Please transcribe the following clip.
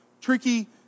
tricky